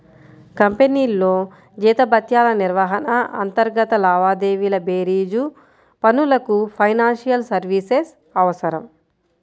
కంపెనీల్లో జీతభత్యాల నిర్వహణ, అంతర్గత లావాదేవీల బేరీజు పనులకు ఫైనాన్షియల్ సర్వీసెస్ అవసరం